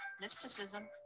Mysticism